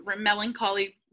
melancholy